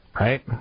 Right